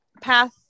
path